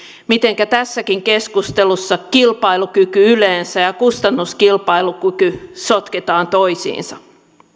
mitenkä tässäkin keskustelussa kilpailukyky yleensä ja kustannuskilpailukyky sotketaan toisiinsa